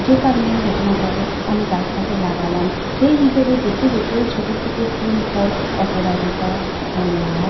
যে কারণেই হোক না কেন আমি গাছটাকে লাগালাম সেই হিসেবে দেখে দেখে ওই ছোটোর থেকে ফুল ফল অপরাজিতা গোলাপ